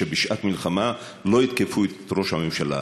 שבשעת מלחמה לא יתקפו את ראש הממשלה.